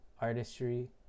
artistry